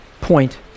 point